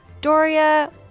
Doria